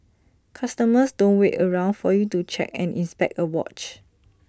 customers don't wait around for you to check and inspect A watch